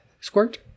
Squirt